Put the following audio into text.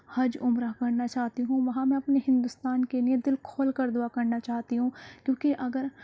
حج عمرہ کرنا چاہتی ہوں وہاں میں اپنی ہندوستان کے لئے دِل کھول کر دعا کرنا چاہتی ہوں کیوںکہ اگر